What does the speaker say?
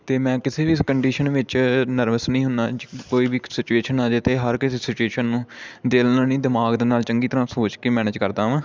ਅਤੇ ਮੈਂ ਕਿਸੇ ਵੀ ਕੰਡੀਸ਼ਨ ਵਿੱਚ ਨਰਵਸ ਨਹੀਂ ਹੁੰਦਾ ਕੋਈ ਵੀ ਸਿਚੁਏਸ਼ਨ ਆ ਜੇ ਅਤੇ ਹਰ ਕਿਸੇ ਸਿਚੁਏਸ਼ਨ ਨੂੰ ਦਿਲ ਨਾਲ ਨਹੀਂ ਦਿਮਾਗ ਦੇ ਨਾਲ ਚੰਗੀ ਤਰ੍ਹਾਂ ਸੋਚ ਕੇ ਮੈਨੇਜ ਕਰਦਾ ਹਾਂ